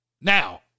Now